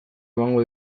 emango